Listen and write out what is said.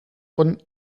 von